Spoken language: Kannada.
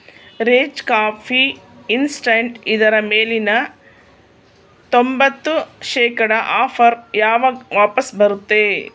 ರೇಜ್ ಕಾಫಿ ಇನ್ಸ್ಟಂಟ್ ಇದರ ಮೇಲಿನ ತೊಂಬತ್ತು ಶೇಖಡ ಆಫರ್ ಯಾವಾಗ ವಾಪಸ್ಸು ಬರುತ್ತೆ